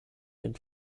den